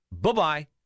Bye-bye